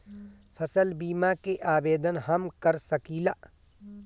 फसल बीमा के आवेदन हम कर सकिला?